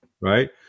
right